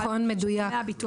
נכון, מדויק.